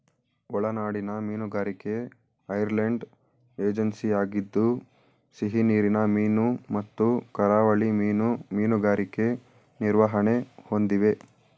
ಒಳನಾಡಿನ ಮೀನುಗಾರಿಕೆ ಐರ್ಲೆಂಡ್ ಏಜೆನ್ಸಿಯಾಗಿದ್ದು ಸಿಹಿನೀರಿನ ಮೀನು ಮತ್ತು ಕರಾವಳಿ ಮೀನು ಮೀನುಗಾರಿಕೆ ನಿರ್ವಹಣೆ ಹೊಂದಿವೆ